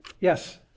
Yes